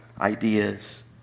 ideas